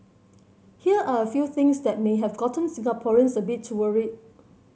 here are a few things that may have gotten Singaporeans a bit worried